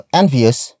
envious